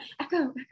Echo